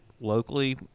locally